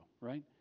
right